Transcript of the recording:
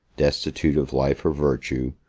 destitute of life or virtue,